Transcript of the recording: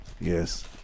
Yes